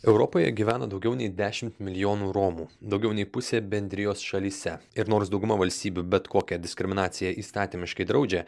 europoje gyvena daugiau nei dešimt milijonų romų daugiau nei pusė bendrijos šalyse ir nors dauguma valstybių bet kokią diskriminaciją įstatymiškai draudžia